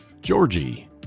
Georgie